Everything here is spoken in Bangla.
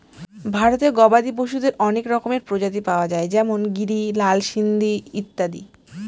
ভারতে গবাদি পশুদের অনেক রকমের প্রজাতি পাওয়া যায় যেমন গিরি, লাল সিন্ধি ইত্যাদি